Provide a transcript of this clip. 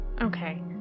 okay